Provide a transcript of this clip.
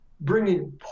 bringing